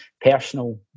personal